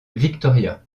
victoria